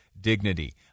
dignity